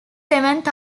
seventh